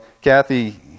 Kathy